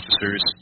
officers